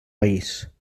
país